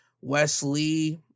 Wesley